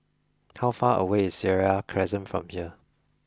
how far away is Seraya Crescent from here